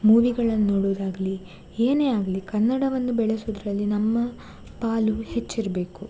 ಮೂವಿಗಳನ್ನು ನೋಡುವುದಾಗಲೀ ಏನೇ ಆಗಲೀ ಕನ್ನಡವನ್ನು ಬೆಳೆಸುವುದ್ರಲ್ಲಿ ನಮ್ಮ ಪಾಲು ಹೆಚ್ಚಿರಬೇಕು